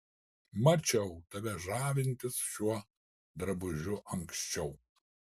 mačiau tave žavintis šiuo drabužiu anksčiau